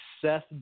Seth